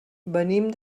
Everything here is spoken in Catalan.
venim